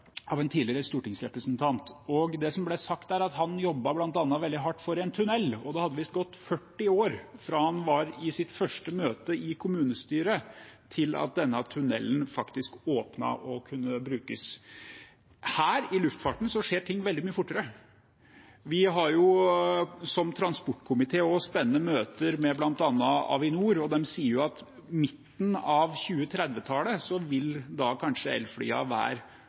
en tidligere stortingsrepresentant, og det ble sagt der at han jobbet veldig hardt bl.a. for en tunnel, og det hadde visst gått 40 år fra han var i sitt første møte i kommunestyret, til denne tunnelen åpnet og kunne brukes. I luftfarten skjer ting veldig mye fortere. Vi i transportkomiteen har spennende møter med bl.a. Avinor, og de sier er at på midten av 2030-tallet vil elfly kanskje være